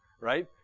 right